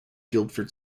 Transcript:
guildford